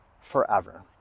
forever